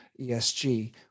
ESG